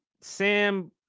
Sam